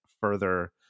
further